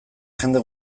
jende